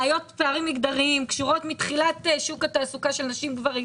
בעיות מגדריות קשורות מתחילת שוק התעסוקה של נשים וגברים.